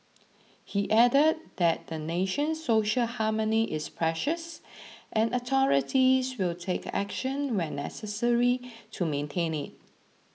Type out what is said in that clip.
he added that the nation's social harmony is precious and authorities will take action when necessary to maintain it